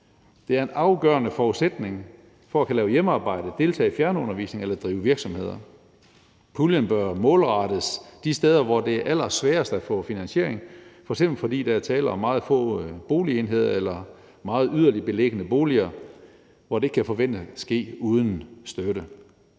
Det er en afgørende forudsætning for at kunne arbejde hjemme, deltage i fjernundervisning eller drive virksomheder. Puljen bør målrettes de steder, hvor det er allersværest at få finansiering, f.eks. fordi der er tale om meget få boligenheder eller meget yderligt beliggende boliger, hvor det ikke kan forventes at ske uden støtte.